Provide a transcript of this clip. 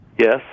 yes